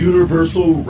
Universal